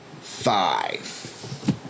five